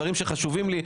דברים שחשובים לי,